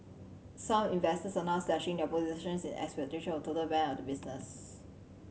some investors are now slashing their positions in expectations of a total ban of the business